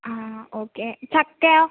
ആ ഓക്കേ ചക്കയോ